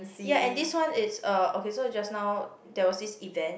ya and this one it's a okay so just now there was this event